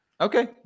okay